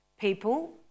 people